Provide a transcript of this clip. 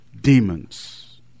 demons